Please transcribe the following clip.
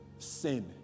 Sin